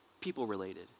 people-related